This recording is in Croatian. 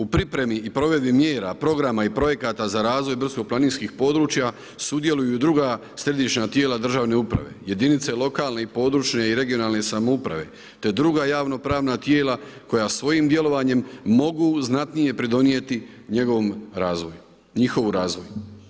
U pripremi i provedbi mjera, programa i projekata za razvoj brdsko-planinskih područja sudjeluju druga središnja tijela državne uprave, jedinice lokalne i područje i regionalne samouprave, te druga javno pravna tijela koja svojim djelovanjem mogu znatnije pridonijeti njihovu razvoju.